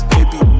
Baby